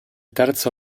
terzo